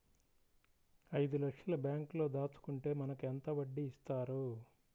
ఐదు లక్షల బ్యాంక్లో దాచుకుంటే మనకు ఎంత వడ్డీ ఇస్తారు?